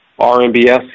RMBS